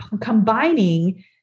combining